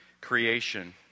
creation